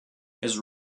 his